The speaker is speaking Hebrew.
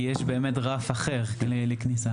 כי יש באמת רף אחר לכניסה.